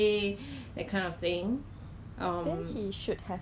so each time 我 wash right 我会去很像去 cancel 掉那个 date